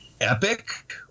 epic